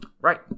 Right